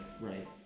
right